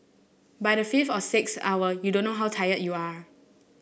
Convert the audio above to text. by the fifth or sixth hour you don't know how tired you are